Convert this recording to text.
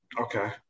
Okay